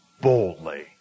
boldly